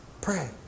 pray